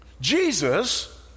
Jesus